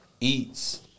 Eats